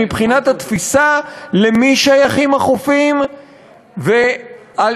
מבחינת התפיסה למי שייכים החופים ומפני